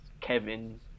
Kevin